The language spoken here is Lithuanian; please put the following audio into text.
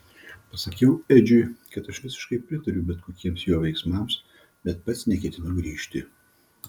pasakiau edžiui kad aš visiškai pritariu bet kokiems jo veiksmams bet pats neketinu grįžti